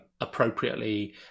appropriately